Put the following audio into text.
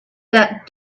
that